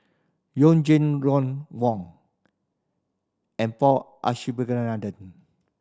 You Jin Ron Wong and Paul Abisheganaden